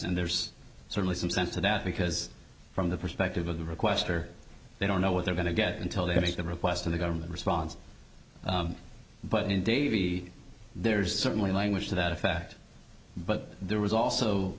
there's certainly some sense of that because from the perspective of the requester they don't know what they're going to get until they make the request of the government response but in davie there's certainly language to that effect but there was also